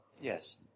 Yes